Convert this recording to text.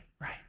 right